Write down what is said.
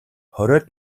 хориод